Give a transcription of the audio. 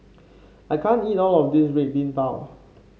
I can't eat all of this Red Bean Bao